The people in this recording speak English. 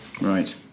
Right